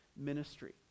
ministry